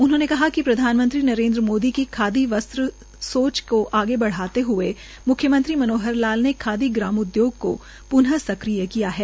उन्होंने कहा कि प्रधानमंत्री नरेन्द्र मोदी की खादी वस्त्र सोच को आगे बढ़ाते हए म्ख्यमंत्री मनोहर लाल ने खादी ग्राम उद्योग की प्न सक्रिय किया है